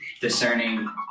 discerning